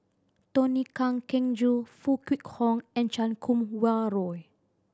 Tony Kan Keng Joo Foo Kwee Horng and Chan Kum Wah Roy